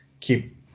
keep